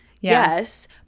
Yes